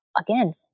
again